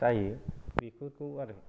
जायो बेफोरखौ आरो